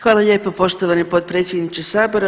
Hvala lijepo poštovani potpredsjedniče sabora.